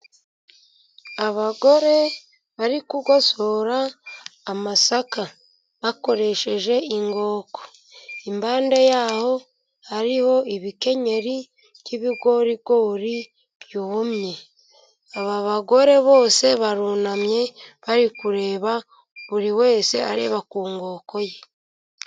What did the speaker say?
Abagore bari kugosora amasaka bakoresheje inkoko. Impande yaho hariho ibikenyeri, by'ibigorigori byumye. Aba bagore bose barunamye bari kureba, buri wese areba ku nkoko ye.